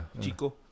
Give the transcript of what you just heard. chico